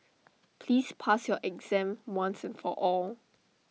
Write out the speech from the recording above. please pass your exam once and for all